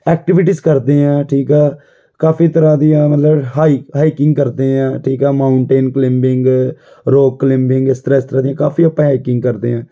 activities ਕਰਦੇ ਹਾਂ ਠੀਕ ਆ ਕਾਫ਼ੀ ਤਰ੍ਹਾਂ ਦੀਆਂ ਮਤਲਬ ਹਾਈਕ ਹਾਈਕਿੰਗ ਕਰਦੇ ਹਾਂ ਠੀਕ ਹੈ ਮਾਊਂਟੇਨ ਕਲਿੰਬਿੰਗ ਰੋਕ ਕਲਿੰਬਿੰਗ ਇਸ ਤਰ੍ਹਾਂ ਇਸ ਤਰ੍ਹਾਂ ਦੀਆਂ ਕਾਫ਼ੀ ਆਪਾਂ ਹਾਈਕਿੰਗ ਕਰਦੇ ਹਾਂ